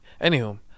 Anywho